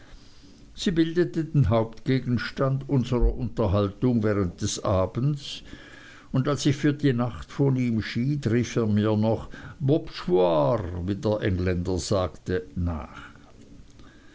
sie bildete den hauptgegenstand unserer unterhaltung während des abends und als ich für die nacht von ihm schied rief er mir noch bob schwor wie der engländer sagte nach